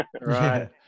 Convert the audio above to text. Right